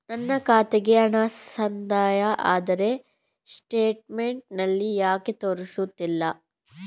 ನನ್ನ ಖಾತೆಗೆ ಹಣ ಸಂದಾಯ ಆದರೆ ಸ್ಟೇಟ್ಮೆಂಟ್ ನಲ್ಲಿ ಯಾಕೆ ತೋರಿಸುತ್ತಿಲ್ಲ?